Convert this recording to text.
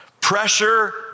Pressure